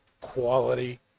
quality